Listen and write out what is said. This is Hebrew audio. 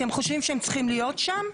אתם חושבים שהם צריכים להיות שם?